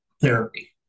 therapy